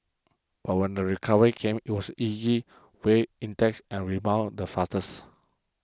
but when the recovery came it was weigh index and rebounded the fastest